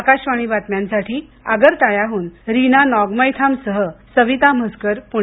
आकाशवाणी बातम्यांसाठी अगरताळ्याहून रीना नॉगमैथामसह सविता म्हसकर पुणे